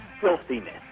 filthiness